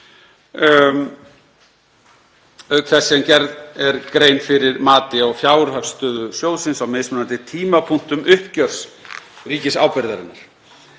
auk þess sem gerð er grein fyrir mati á fjárhagsstöðu sjóðsins á mismunandi tímapunktum uppgjörs ríkisábyrgðarinnar.